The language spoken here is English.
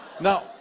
Now